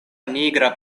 nigra